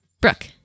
Brooke